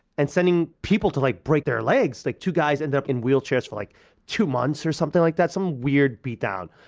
and sending people to like break their legs. like two guys ended up in wheelchairs for like two months something like that, some weird beat-down.